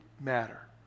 matter